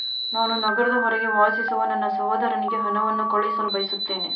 ನಾನು ನಗರದ ಹೊರಗೆ ವಾಸಿಸುವ ನನ್ನ ಸಹೋದರನಿಗೆ ಹಣವನ್ನು ಕಳುಹಿಸಲು ಬಯಸುತ್ತೇನೆ